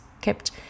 kept